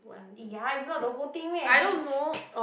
ya if not the whole thing